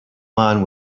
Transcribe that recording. man